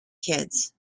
kids